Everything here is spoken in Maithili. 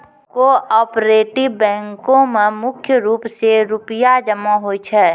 कोऑपरेटिव बैंको म मुख्य रूप से रूपया जमा होय छै